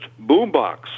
boombox